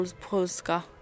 Polska